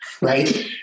right